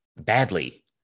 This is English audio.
Badly